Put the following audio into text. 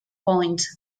point